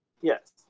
Yes